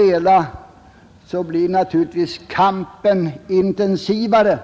Och då blir kampen intensivare